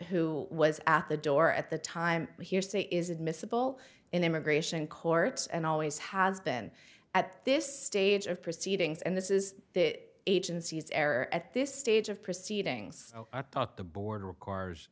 who was at the door at the time hearsay is admissible in immigration courts and always has been at this stage of proceedings and this is the agency's error at this stage of proceedings i thought the board requires